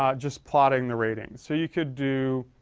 um just plotting the rating. so you could do,